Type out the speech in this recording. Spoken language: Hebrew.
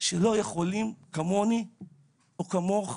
שלא יכולים כמוני או כמוך.